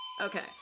Okay